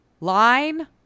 line